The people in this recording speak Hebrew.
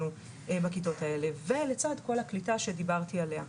בכיתות האלה וכל זה לצד כל הקליטה שדיברתי עליה.